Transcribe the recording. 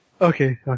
Okay